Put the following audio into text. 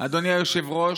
אדוני היושב-ראש,